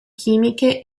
chimiche